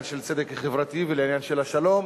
לעניין של הצדק החברתי ולעניין של השלום,